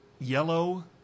yellow